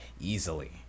easily